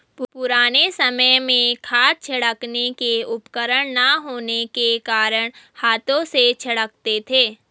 पुराने समय में खाद छिड़कने के उपकरण ना होने के कारण हाथों से छिड़कते थे